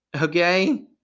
Okay